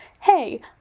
hey